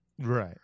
Right